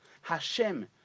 Hashem